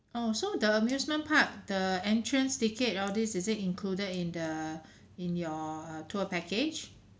oh so the amusement park the entrance ticket all this is it included in the in your uh tour package